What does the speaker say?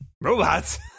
Robots